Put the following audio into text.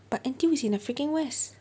but N_T_U is in the freaking west